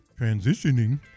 transitioning